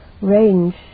range